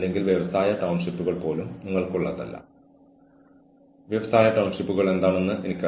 കൂടാതെ ഓർഗനൈസേഷന്റെ പ്രകടന മാനദണ്ഡങ്ങൾ എല്ലാ ജീവനക്കാരെയും കഴിയുന്നത്ര വ്യക്തമായ രീതിയിൽ മുൻകൂട്ടി അറിയിക്കണം